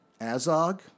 Azog